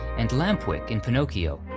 and lampwick in pinocchio,